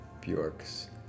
Bjork's